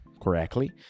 correctly